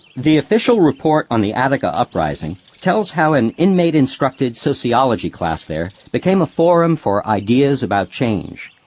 the official report on the attica uprising tells how an inmate instructed sociology class there became a forum for ideas about change.